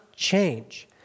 change